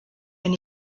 wenn